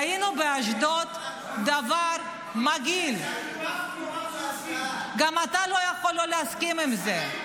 ראינו באשדוד דבר מגעיל ------- גם אתה לא יכול להסכים עם זה.